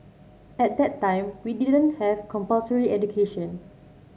at that time we didn't have compulsory education